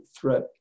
threat